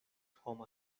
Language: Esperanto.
homa